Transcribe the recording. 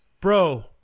bro